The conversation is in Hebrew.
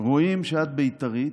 רואים שאת בית"רית,